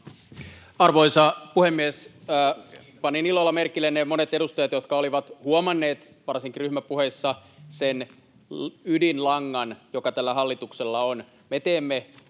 Arvoisa puhemies! Panin ilolla merkille ne monet edustajat, jotka olivat huomanneet — varsinkin ryhmäpuheissa — sen ydinlangan, joka tällä hallituksella on.